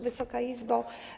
Wysoka Izbo!